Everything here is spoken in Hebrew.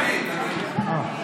תמיד, תמיד.